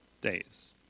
days